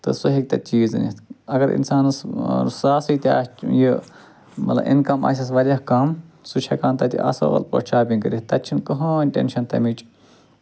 تہٕ سُہ ہٮ۪کہِ تَتہِ چیٖز أنِتھ اَگر اِنسانَس ساسٕے تہِ آسہِ یہِ مطلب اِنکَم آسٮ۪س واریاہ کَم سُہ چھُ ہٮ۪کان تَتہِ اَصٕل پٲٹھۍ شاپِنٛگ کٔرِتھ تَتہِ چھُنہٕ کٔہیٖنٛۍ ٹٮ۪نشَن تَمِچ